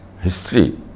history